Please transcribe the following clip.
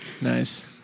Nice